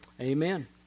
amen